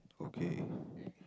okay